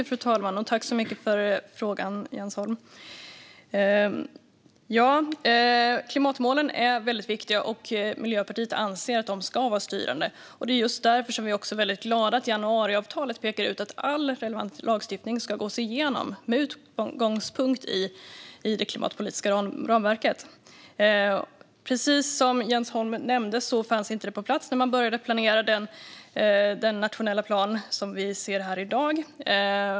Fru talman! Jag tackar Jens Holm för frågan. Klimatmålen är mycket viktiga, och Miljöpartiet anser att de ska vara styrande. Det är just därför som vi är mycket glada över att det i januariavtalet pekas ut att all relevant lagstiftning ska gås igenom med utgångspunkt i det klimatpolitiska ramverket. Precis som Jens Holm nämnde fanns det inte på plats när man började planera den nationella plan som vi ser här i dag.